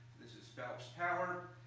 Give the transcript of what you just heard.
this is phelps tower.